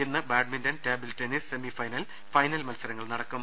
ഇന്ന് badminton table tennis semifinal final മത്സരങ്ങൾ നടക്കും